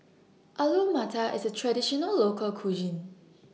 Alu Matar IS A Traditional Local Cuisine